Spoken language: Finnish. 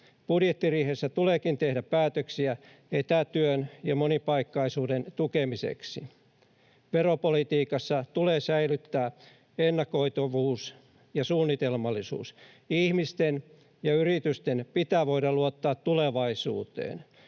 Budjettiriihessä tuleekin tehdä päätöksiä etätyön ja monipaikkaisuuden tukemiseksi. Veropolitiikassa tulee säilyttää ennakoitavuus ja suunnitelmallisuus. Ihmisten ja yritysten pitää voida luottaa tulevaisuuteen.